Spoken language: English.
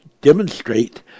demonstrate